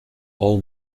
all